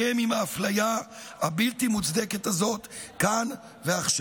את האפליה הבלתי-מוצדקת הזאת כאן ועכשיו.